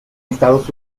estados